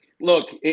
Look